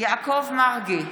יעקב מרגי,